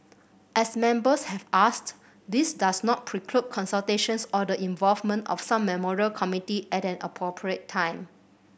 as Members have asked this does not preclude consultations or the involvement of some memorial committee at an appropriate time